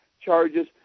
charges